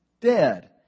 dead